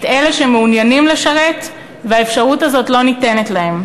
את אלה שמעוניינים לשרת והאפשרות הזאת לא ניתנת להם,